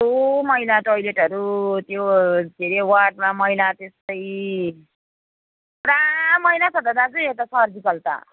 कस्तो मैला टोइलेटहरू त्यो के अरे वार्डमा मैला त्यस्तै पुरा मैला छ त दाजु यो यता सर्जिकल त